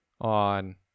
on